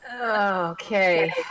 Okay